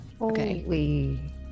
Okay